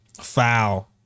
foul